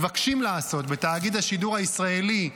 מבקשים לעשות, בתאגיד השידור הישראלי,